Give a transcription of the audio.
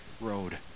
Road